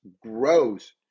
grows